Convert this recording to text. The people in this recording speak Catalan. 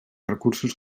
recursos